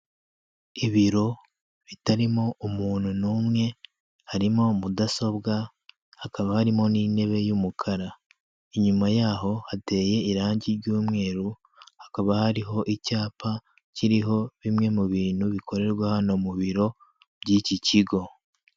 Ibiro bitarimo umuntu n'umwe, harimo mudasobwa hakaba harimo n'intebe y'umukara, inyuma yaho hateye irangi ry'umweru, hakaba hariho icyapa kiriho bimwe mu bintu bikorerwa hano mu biro by'iki kigo.